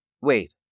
Wait